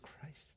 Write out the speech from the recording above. Christ